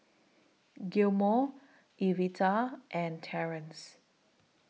Gilmore Evita and Terrence